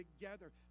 together